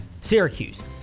syracuse